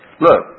Look